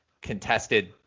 contested